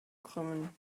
krümmen